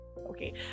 okay